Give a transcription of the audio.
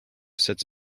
sits